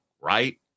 right